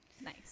Nice